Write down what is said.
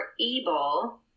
able